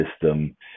system